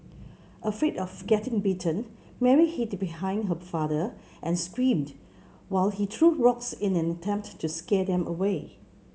afraid of getting bitten Mary hid behind her father and screamed while he threw rocks in an attempt to scare them away